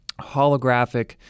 holographic